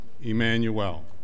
Emmanuel